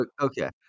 Okay